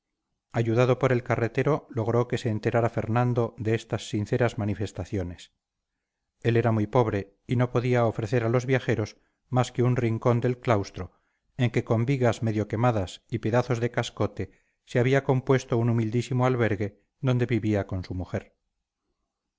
ayudado por el carretero logró que se enterara fernando de estas sinceras manifestaciones él era muy pobre y no podía ofrecer a los viajeros más que un rincón del claustro en que con vigas medio quemadas y pedazos de cascote se había compuesto un humildísimo albergue donde vivía con su mujer